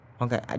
Okay